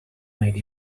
made